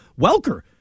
Welker